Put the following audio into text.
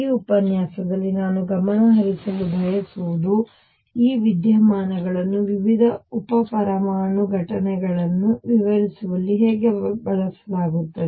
ಈ ಉಪನ್ಯಾಸದಲ್ಲಿ ನಾನು ಗಮನಹರಿಸಲು ಬಯಸುವುದು ಈ ವಿದ್ಯಮಾನವನ್ನು ವಿವಿಧ ಉಪಪರಮಾಣು ಘಟನೆಗಳನ್ನು ವಿವರಿಸುವಲ್ಲಿ ಹೇಗೆ ಬಳಸಲಾಗುತ್ತದೆ